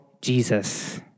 Jesus